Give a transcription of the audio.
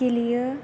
गेलेयो